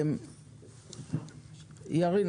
ירין,